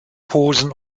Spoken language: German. posen